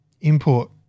import